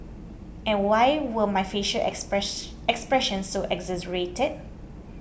and why were my facial express expressions so exaggerated